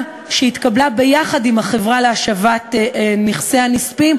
שהתקבלה ביחד עם החברה להשבת נכסי הנספים,